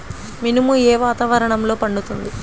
మినుము ఏ వాతావరణంలో పండుతుంది?